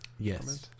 Yes